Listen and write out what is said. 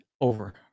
over